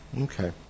Okay